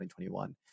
2021